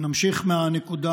נמשיך מהנקודה